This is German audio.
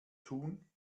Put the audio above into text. tun